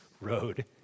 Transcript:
road